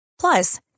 Plus